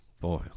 Boy